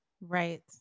Right